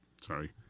sorry